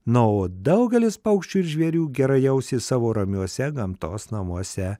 na o daugelis paukščių ir žvėrių gerai jausis savo ramiuose gamtos namuose